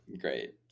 great